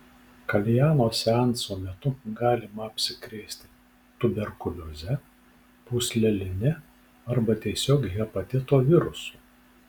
kaljano seanso metu galima apsikrėsti tuberkulioze pūsleline arba tiesiog hepatito virusu